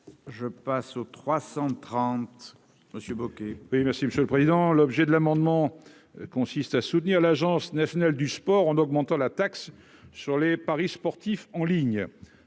je passe aux 330 Monsieur Bocquet. Oui, merci Monsieur le Président, l'objet de l'amendement consiste à soutenir l'Agence nationale du sport en augmentant la taxe sur les paris sportifs en ligne